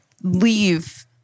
leave